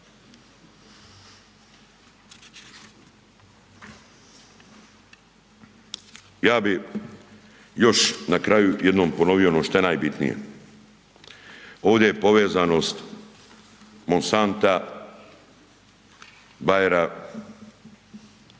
Ja bih još na kraju jednom ponovio ono šta je najbitnije, ovdje je povezanost Monsanta, Bayer-a,